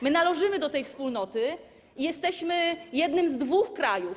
My należymy do tej wspólnoty i jesteśmy jednym z dwóch krajów.